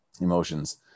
emotions